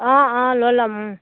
অঁ অঁ লৈ লম